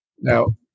Now